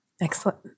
Excellent